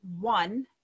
one